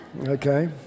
Okay